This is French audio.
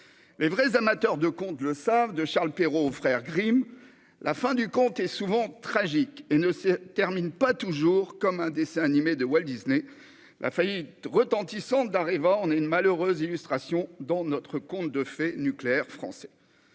Les vrais amateurs le savent bien, de Charles Perrault aux frères Grimm, la fin d'un conte est souvent tragique et ne ressemble pas toujours à un dessin animé de Walt Disney. La faillite retentissante d'Areva en est une malheureuse illustration dans le conte de fées nucléaire français.